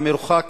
המרוחק